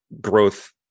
growth